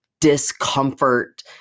discomfort